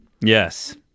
Yes